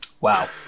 Wow